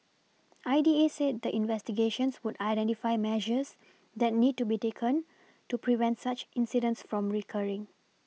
I D A said the investigations would identify measures that need to be taken to prevent such incidents from recurring